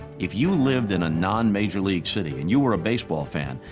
if you lived in a non-major league city and you were a baseball fan,